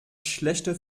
schlechte